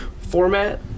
format